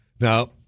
Now